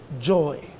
joy